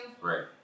right